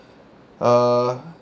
err